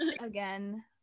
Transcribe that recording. again